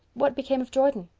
what became of jordan?